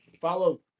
follow